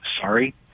sorry